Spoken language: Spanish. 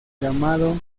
llamado